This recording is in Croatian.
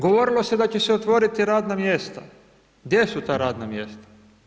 Govorilo se da će se otvoriti radna mjesta, gdje su ta radna mjesta.